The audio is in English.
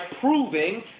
proving